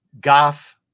Goff